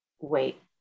wait